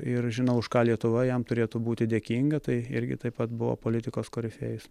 ir žinau už ką lietuva jam turėtų būti dėkinga tai irgi taip pat buvo politikos korifėjas